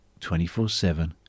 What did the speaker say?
24-7